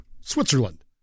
Switzerland